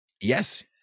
Yes